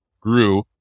grew